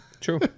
true